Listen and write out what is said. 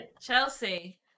Chelsea